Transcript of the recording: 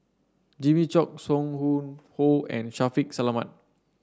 Jimmy Chok Song Hoon Poh and Shaffiq Selamat